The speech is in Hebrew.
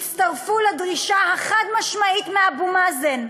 הצטרפו לדרישה החד-משמעית מאבו מאזן: